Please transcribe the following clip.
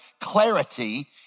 clarity